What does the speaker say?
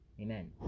amen